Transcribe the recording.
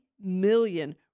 million